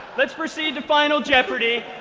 let's proceed to final jeopardy.